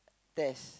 tests